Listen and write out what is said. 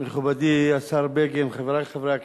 מכובדי השר בגין, חברי חברי הכנסת,